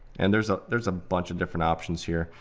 and there's ah there's a bunch of different options here.